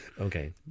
Okay